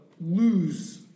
lose